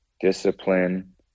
discipline